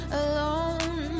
alone